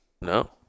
No